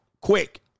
quick